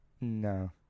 No